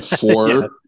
Four